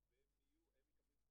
אולי אלה מומחים,